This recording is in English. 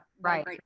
Right